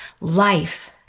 life